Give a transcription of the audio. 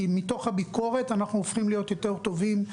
כי מתוך הביקורת אנחנו הופכים להיות יותר טובים,